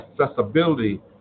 accessibility